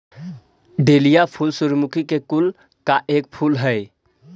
dahlia फूल सूर्यमुखी के कुल का एक फूल हई